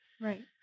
Right